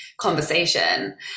conversation